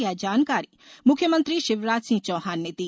ये जानकारी मुख्यमंत्री शिवराज सिंह चौहान ने दी